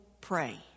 pray